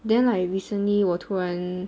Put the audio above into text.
then like recently 我突然